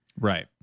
Right